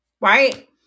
right